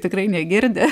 tikrai negirdi